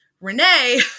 Renee